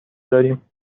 داریم